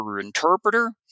interpreter